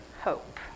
hope